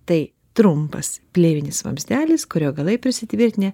tai trumpas plėvinis vamzdelis kurio galai prisitvirtinę